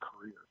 career